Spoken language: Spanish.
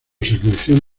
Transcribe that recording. selección